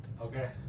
Okay